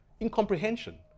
incomprehension